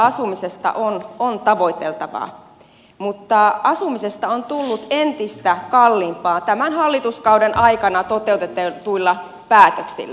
kohtuuhintainen asuminen on tavoiteltavaa mutta asumisesta on tullut entistä kalliimpaa tämän hallituskauden aikana toteutetuilla päätöksillä